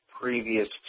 previous